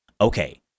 Okay